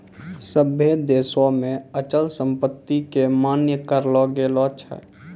सभ्भे देशो मे अचल संपत्ति के मान्य करलो गेलो छै